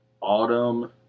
Autumn